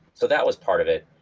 so that was part of it.